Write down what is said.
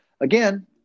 again